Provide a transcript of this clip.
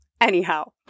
anyhow